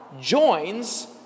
joins